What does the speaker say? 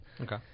Okay